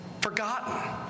forgotten